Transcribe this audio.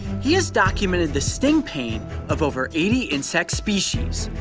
he has documented the sting pain of over eighty species.